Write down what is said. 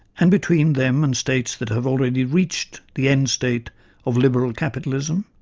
and between them and states that have already reached the end state of liberal capitalism.